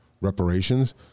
reparations